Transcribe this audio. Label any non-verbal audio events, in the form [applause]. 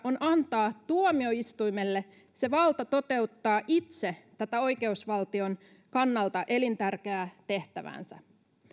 [unintelligible] on antaa tuomioistuimelle se valta toteuttaa itse tätä oikeusvaltion kannalta elintärkeää tehtäväänsä